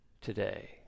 today